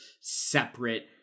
separate